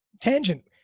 tangent